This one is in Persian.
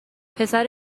پسر